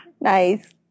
Nice